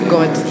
God